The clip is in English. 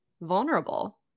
vulnerable